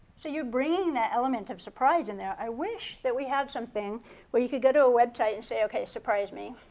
so you're bringing that element of surprise in there. i wish that we had something where you could go to a website and say, okay, surprise me.